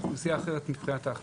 זאת אוכלוסייה אחרת מבחינת ההכנסות.